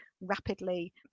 rapidly